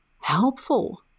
helpful